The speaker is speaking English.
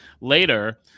later